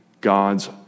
God's